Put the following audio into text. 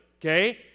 okay